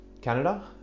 canada